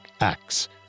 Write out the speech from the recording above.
acts